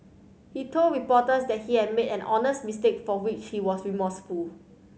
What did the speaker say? he told reporters that he had made an honest mistake for which he was remorseful